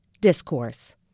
discourse